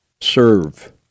serve